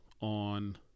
on